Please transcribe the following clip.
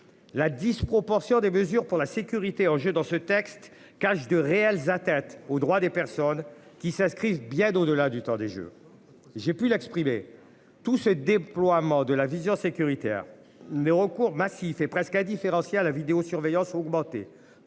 La disproportion des mesures pour la sécurité en jeu dans ce texte cache de réels atteinte aux droits des personnes qui s'inscrivent bien au-delà du temps des jeu j'ai pu l'exprimer tout ce déploiement de la vision sécuritaire n'recours massif et presque à différencier à la vidéosurveillance ont augmenté.